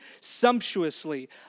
sumptuously